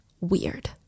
weird